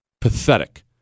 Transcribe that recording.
Pathetic